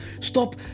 stop